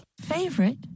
Favorite